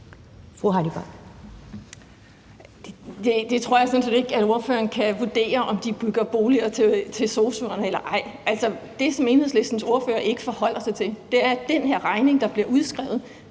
Jeg tror sådan set ikke, at ordføreren kan vurdere, om de bygger boliger til sosu'erne eller ej. Det, som Enhedslistens ordfører ikke forholder sig til, er, at den her regning, der bliver udskrevet,